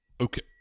Okay